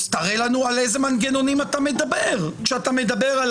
אז תראה לנו על איזה מנגנונים אתה מדבר כשאתה מדבר על